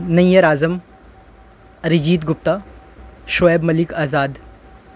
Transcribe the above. Nayyar Azam Arijit Gupta Shoaib Malik Azad